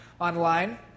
online